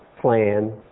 plan